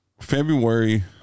February